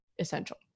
essential